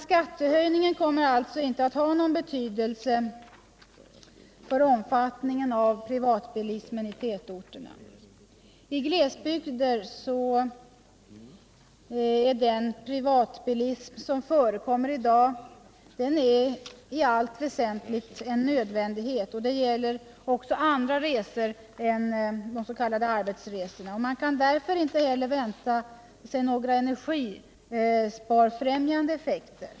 Skattehöjningen kommer således inte att ha någon betydelse för omfattningen av privatbilismen i tätorterna.I glesbygder är den privatbilism som förekommer i dag i allt väsentligt en nödvändighet, och det gäller även andra resor än s.k. arbetsresor. Man kan därför inte heller vänta sig några energisparfrämjande effekter.